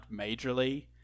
majorly